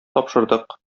тапшырдык